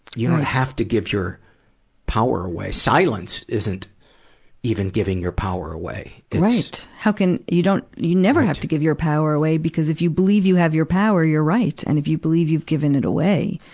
you don't have to give your power away. silence isn't even giving your power away. right. how can, you don't, you never have to give your power away, because if you believe you have your power you're right. and if you believe you've given it away,